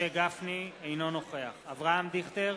אינו נוכח אברהם דיכטר,